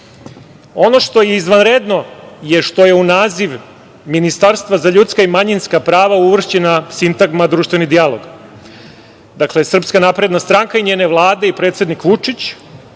što je izvanredno je što je u naziv ministarstva za ljudska i manjinska prava uvršćena sintagma - društveni dijalog. Dakle, SNS i njene vlade i predsednik Vučić